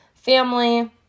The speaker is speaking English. family